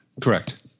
Correct